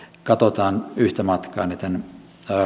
katsotaan yhtä matkaa ne tämän